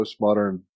postmodern